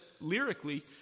lyrically